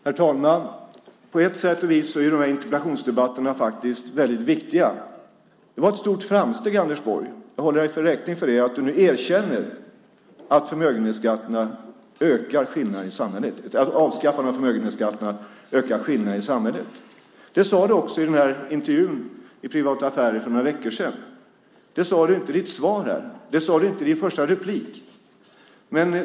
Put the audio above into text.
Herr talman! På sätt och vis är de här interpellationsdebatterna väldigt viktiga. Det är ett stort framsteg, Anders Borg, jag håller dig räkning för det, att du nu erkänner att avskaffandet av förmögenhetsskatten ökar skillnaderna i samhället. Det sade du även i intervjun i Privata Affärer för några veckor sedan. Det sade du dock inte i ditt tidigare svar. Det sade du inte heller i ditt första inlägg.